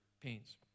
pains